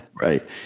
right